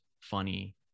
funny